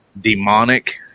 demonic